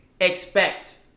expect